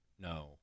No